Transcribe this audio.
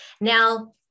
Now